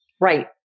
right